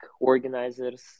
organizers